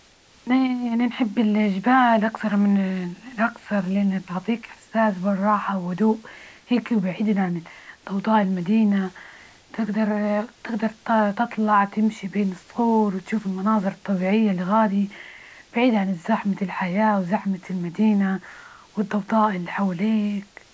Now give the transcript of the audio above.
أنى- أنى نحب الجبال أكثر من الأكثر، لأن تعطيك إحساس بالراحة وهدوء هيكي، وبعيدين عن ضوضاء المدينة. تجدر تجدر تطلع، تمشي بين الصخور، وتشوف المناظر الطبيعية الغادي بعيده عن زحمة الحياة وزحمة المدينة، والضوضاء إللي حواليك.